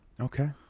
Okay